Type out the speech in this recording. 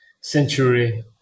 century